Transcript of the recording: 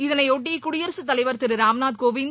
இதனையொட்டி குடியரசுத் தலைவர் திரு ராம்நாத் கோவிந்த்